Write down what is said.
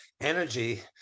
energy